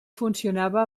funcionava